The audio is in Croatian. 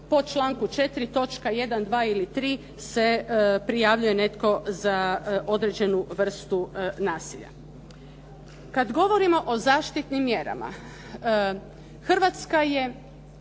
točka 1., 2. ili 3. se prijavljuje netko za određenu vrstu nasilja. Kada govorimo o zaštitnim mjerama Hrvatska je